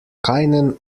keinen